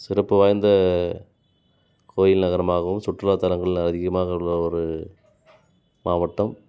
சிறப்பு வாய்ந்த கோயில் நகரமாகவும் சுற்றுலாத்தலங்கள் அதிகமாக உள்ள ஒரு மாவட்டம்